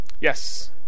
Yes